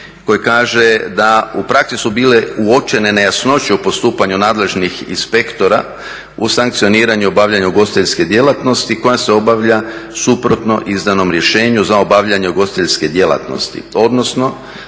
koji kaže: "Da u praksi su bile uočene nejasnoće u postupanju nadležnih inspektora u sankcioniranju obavljanja ugostiteljske djelatnosti koja se obavlja suprotno izdanom rješenju za obavljanje ugostiteljske djelatnosti,